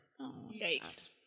Yikes